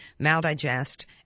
maldigest